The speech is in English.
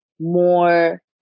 More